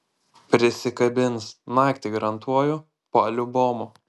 prisikabins naktį garantuoju paliubomu